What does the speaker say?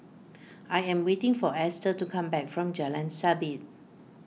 I am waiting for Esther to come back from Jalan Sabit